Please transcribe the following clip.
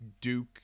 duke